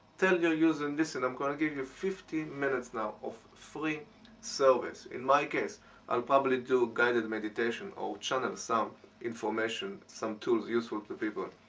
tell your users, listen, i'm going to give you fifty minutes now of free service. in my case i'll probably do guided meditation or channel some information, some tools useful to people.